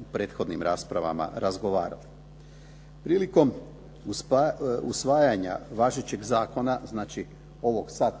u prethodnim raspravama razgovarali. Prilikom usvajanja važećeg zakona, znači ovog sad